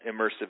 immersive